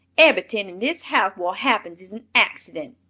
eberyt'ing in dis house wot happens is an accident,